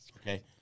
Okay